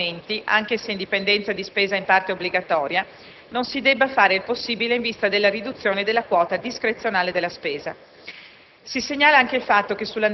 ovvero se, a fronte degli indicati aumenti, anche se in dipendenza di spesa in parte obbligatoria, non si debba fare il possibile in vista della riduzione della quota discrezionale della spesa.